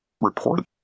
report